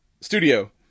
studio